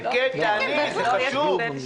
כן, תעני, זה חשוב.